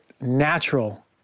natural